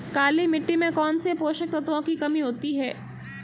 काली मिट्टी में कौनसे पोषक तत्वों की कमी होती है?